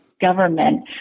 government